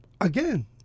again